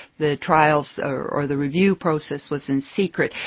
the trials or or the review process was in secret,